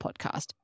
Podcast